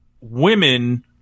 women